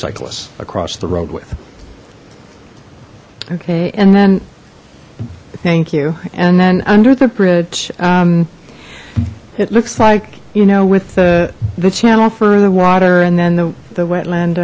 cyclists across the road with okay and then thank you and then under the bridge it looks like you know with the the channel for the water and then the the wetland